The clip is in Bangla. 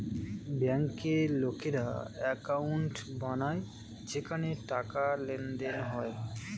ব্যাংকে লোকেরা অ্যাকাউন্ট বানায় যেখানে টাকার লেনদেন হয়